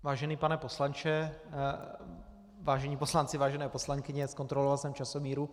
Vážený pane poslanče, vážení poslanci, vážené poslankyně, zkontroloval jsem časomíru.